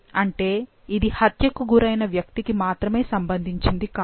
అంటే ఇది హత్య కు గురైన వ్యక్తికి మాత్రమే సంబంధించినది కాదు